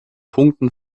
punkten